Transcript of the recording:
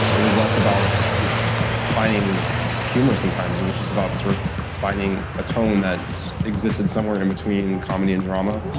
it was less about finding humor sometimes. it was just about sort-of finding a tone that existed somewhere in in between comedy and drama, did you